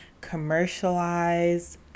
commercialized